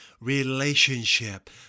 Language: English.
relationship